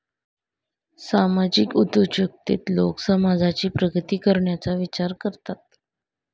सामाजिक उद्योजकतेत लोक समाजाची प्रगती करण्याचा विचार करतात